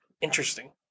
Interesting